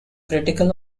critical